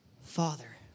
Father